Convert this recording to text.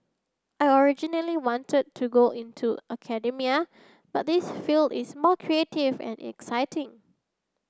I originally wanted to go into academia but this field is more creative and exciting